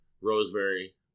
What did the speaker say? Rosemary